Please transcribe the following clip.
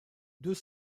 deux